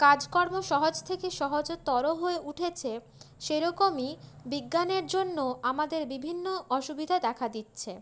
কাজকর্ম সহজ থেকে সহজতর হয়ে উঠেছে সেরকমই বিজ্ঞানের জন্য আমাদের বিভিন্ন অসুবিধা দেখা দিচ্ছে